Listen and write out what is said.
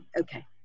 okay